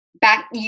back